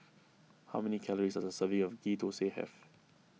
how many calories does a serving of Ghee Thosai have